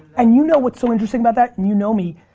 and you know what's so interesting about that, and you know me,